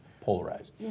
polarized